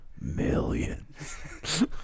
millions